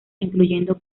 incluyendo